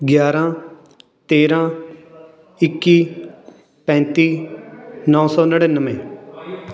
ਗਿਆਰਾਂ ਤੇਰ੍ਹਾਂ ਇੱਕੀ ਪੈਂਤੀ ਨੌ ਸੌ ਨੜਿਨਵੇਂ